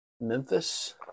Memphis